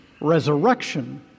resurrection